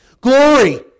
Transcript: glory